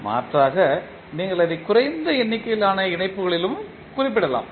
மாற்றாக நீங்கள் அதை குறைந்த எண்ணிக்கையிலான இணைப்புகளிலும் குறிப்பிடலாம்